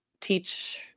teach